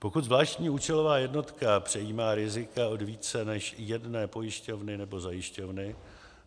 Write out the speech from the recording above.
Pokud zvláštní účelová jednotka přejímá rizika od více než jedné pojišťovny nebo zajišťovny,